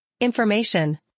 information